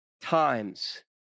times